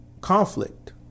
conflict